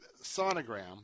sonogram